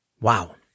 wow